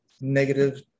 negative